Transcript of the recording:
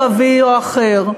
ערבי או אחר,